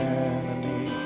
enemy